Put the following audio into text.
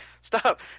stop